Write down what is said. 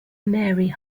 mary